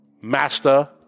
Master